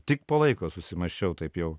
tik po laiko susimąsčiau taip jau